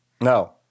No